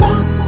One